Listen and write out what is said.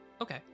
Okay